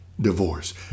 divorce